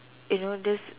you know this